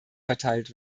verteilt